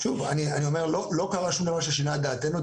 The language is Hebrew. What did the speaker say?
שוב אני אומר, לא קרה שום דבר ששינה את דעתנו.